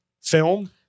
film